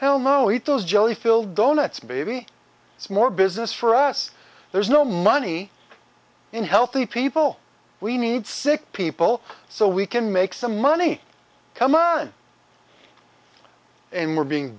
hell mohit those jelly filled donuts maybe it's more business for us there's no money in healthy people we need sick people so we can make some money come on and we're being